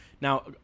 Now